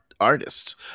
artists